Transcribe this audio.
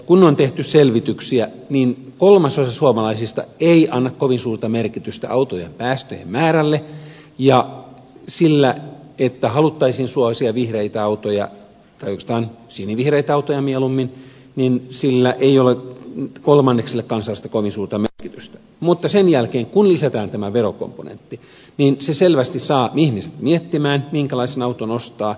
kun on tehty selvityksiä niin kolmasosa suomalaisista ei anna kovin suurta merkitystä autojen päästöjen määrälle ja sillä että haluttaisiin suosia vihreitä autoja tai oikeastaan sinivihreitä autoja mieluummin ei ole kolmannekselle kansalaisista kovin suurta merkitystä mutta sen jälkeen kun lisätään tämä verokomponentti se selvästi saa ihmiset miettimään minkälaisen auton ostavat